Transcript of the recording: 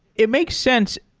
it makes sense.